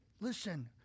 Listen